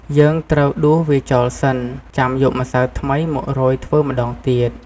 យើងត្រូវដួសវាចោលសិន ចាំយកម្សៅថ្មីមករោយធ្វើម្តងទៀត។